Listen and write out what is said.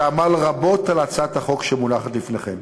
שעמל רבות על הצעת החוק שמונחת לפניכם: